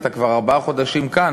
אתה ארבעה חודשים כאן,